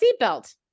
seatbelt